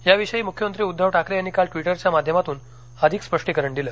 याविषयी मुख्यमंत्री उद्धव ठाकरे यांनी काल ट्वीटरच्या माध्यमातून अधिक स्पष्टीकरण दिलं